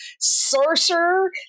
sorcerer